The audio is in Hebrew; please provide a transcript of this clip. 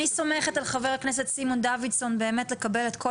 אני סומכת על חבר הכנסת סימון דוידסון באמת שיקבל את כל